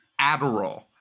Adderall